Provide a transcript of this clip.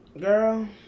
girl